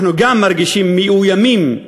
אנחנו גם מרגישים מאוימים,